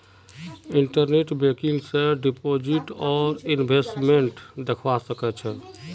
internet banking स deposit आर investment दख्वा स ख छ